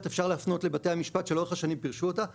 אפשר להפנות לבתי המשפט שפירשו אותה לאורך השנים.